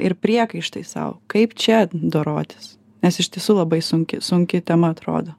ir priekaištai sau kaip čia dorotis nes iš tiesų labai sunki sunki tema atrodo